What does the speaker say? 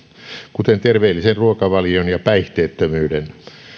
kuten terveellisen ruokavalion ja päihteettömyyden